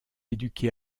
éduqué